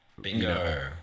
bingo